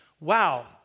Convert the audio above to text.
wow